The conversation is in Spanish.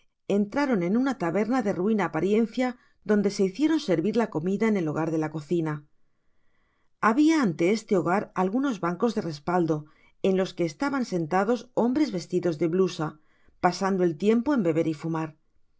entraron en una taberna de ruin apariencia donde se hicieron servir la comida en el hogar de la cocina habia ante este hogar algunos bancos de respaldo en los que estaban sentados hombres vestidos de blusa pasando el tiempo en beber y fumar